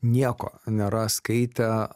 nieko nėra skaitę